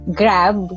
grab